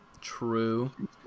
True